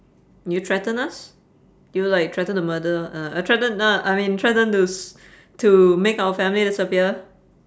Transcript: do you threaten us do you like threaten to murder uh threaten uh I mean threaten to s~ to make our family disappear